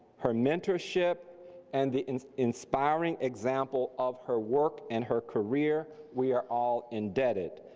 her mentorship and the inspiring example of her work and her career, we are all indebted.